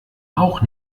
auch